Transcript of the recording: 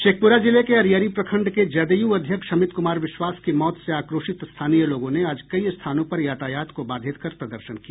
शेखपुरा जिले के अरियरी प्रखंड के जदयू अध्यक्ष अमित कुमार विश्वास की मौत से आक्रोशित स्थानीय लोगों ने आज कई स्थानों पर यातायात को बाधित कर प्रदर्शन किया